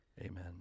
amen